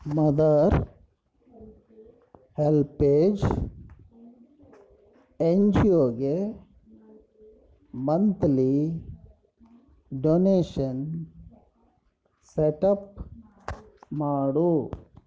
mother HelpAge N G ಒಗೆ monthly donation setup ಮಾಡು